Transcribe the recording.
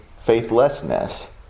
faithlessness